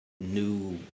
new